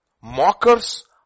Mockers